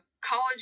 college